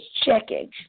checking